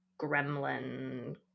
gremlin